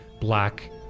black